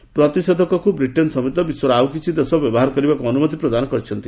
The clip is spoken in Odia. ଏହି ପ୍ରତିଷେଧକକୁ ବ୍ରିଟେନ୍ ସମେତ ବିଶ୍ୱର ଆଉ କିଛି ଦେଶ ବ୍ୟବହାର କରିବାକୁ ଅନୁମତି ପ୍ରଦାନ କରିଛନ୍ତି